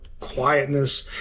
quietness